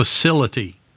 facility